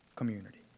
community